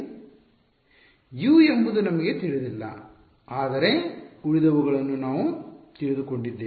U ಎಂಬುದು ನಮಗೆ ತಿಳಿದಿಲ್ಲ ಆದರೆ ಉಳಿದವುಗಳನ್ನು ನಾವು ತಿಳಿದು ಕೊಂಡಿದ್ದೇವೆ